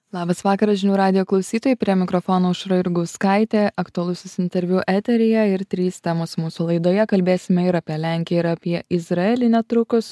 labas vakaras žinių radijo klausytojai prie mikrofono aušra jurgauskaitė aktualusis interviu eteryje ir trys temos mūsų laidoje kalbėsime ir apie lenkiją ir apie izraelį netrukus